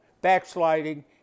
backsliding